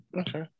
okay